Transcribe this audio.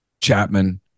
Chapman